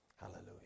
Hallelujah